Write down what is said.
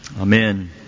Amen